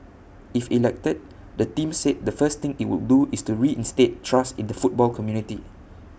if elected the team said the first thing IT would do is work to reinstate trust in the football community